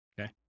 Okay